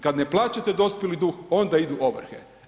Kada ne plaćate dospjeli dug onda idu ovrhe.